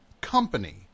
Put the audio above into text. company